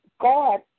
God